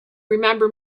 remember